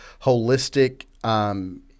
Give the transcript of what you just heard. holistic